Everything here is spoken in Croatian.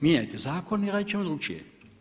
Mijenjajte zakon i radit ćemo drukčije.